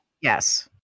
Yes